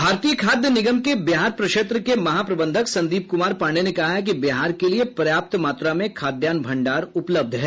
भारतीय खाद्य निगम के बिहार प्रक्षेत्र के महाप्रबंधक संदीप क्मार पांडेय ने कहा है कि बिहार के लिये पर्याप्त मात्रा में खाद्यान्न भंडार उपलब्ध है